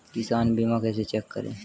किसान बीमा कैसे चेक करें?